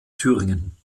thüringen